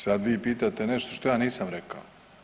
Sad vi pitate nešto što ja nisam rekao.